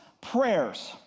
Prayers